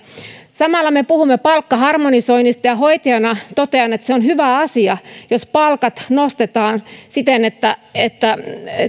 samalla me puhumme palkkaharmonisoinnista hoitajana totean että se on hyvä asia jos palkat nostetaan siten että että